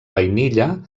vainilla